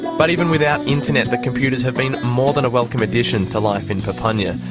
but even without internet, the computers have been more than a welcome addition to life in papunya.